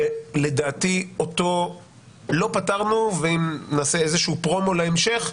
שלדעתי אותו לא פתרנו ואם נעשה איזשהו פרומו להמשך,